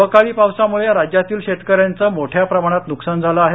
अवकाळी पावसामुळे राज्यातील शेतकऱ्यांचं मोठ्या प्रमाणात नुकसान झालं आहे